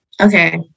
Okay